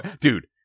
Dude